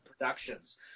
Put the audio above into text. productions